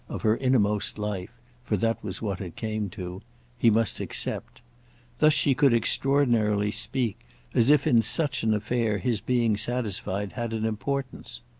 of her innermost life for that was what it came to he must accept thus she could extraordinarily speak as if in such an affair his being satisfied had an importance.